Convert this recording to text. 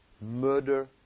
Murder